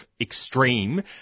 extreme